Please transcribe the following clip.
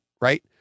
Right